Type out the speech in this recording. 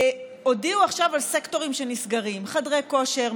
הודיעו עכשיו על סקטורים שנסגרים: חדרי כושר,